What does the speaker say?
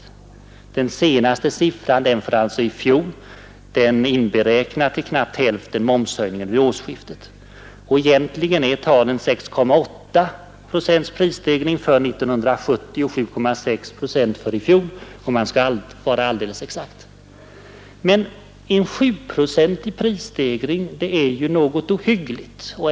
I den senare siffran, alltså den för i fjol, är inberäknad till knappt hälften momshöjningen vid årsskiftet. Egentligen är talen 6,8 procents prisstegring för år 1970 och 7,6 procent för i fjol, om man skall vara exakt. En 7-procentig prisstegring är något ohyggligt.